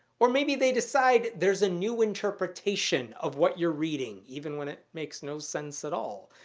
or maybe they decide there's a new interpretation of what you're reading even when it makes no sense at all.